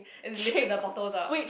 and lifted the bottle up